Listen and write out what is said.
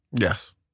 Yes